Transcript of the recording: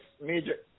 major